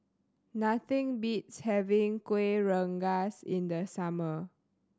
nothing beats having Kuih Rengas in the summer